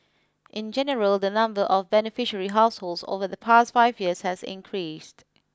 in general the number of beneficiary households over the past five years has increased